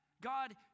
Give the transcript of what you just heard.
God